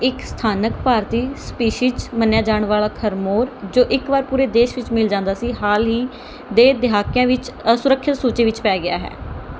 ਇੱਕ ਸਥਾਨਕ ਭਾਰਤੀ ਸਪੀਸ਼ੀਜ ਮੰਨਿਆ ਜਾਣ ਵਾਲਾ ਖਰਮੋਰ ਜੋ ਇੱਕ ਵਾਰ ਪੂਰੇ ਦੇਸ਼ ਵਿੱਚ ਮਿਲ ਜਾਂਦਾ ਸੀ ਹਾਲ ਹੀ ਦੇ ਦਹਾਕਿਆਂ ਵਿੱਚ ਅਸੁਰੱਖਿਅਤ ਸੂਚੀ ਵਿੱਚ ਪੈ ਗਿਆ ਹੈ